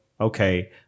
okay